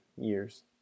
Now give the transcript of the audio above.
years